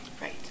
Right